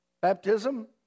Baptism